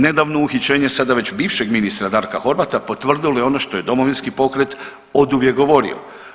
Nedavno uhićenje sada već bivšeg ministra Darka Horvata potvrdilo je ono što je Domovinski pokret oduvijek govorio.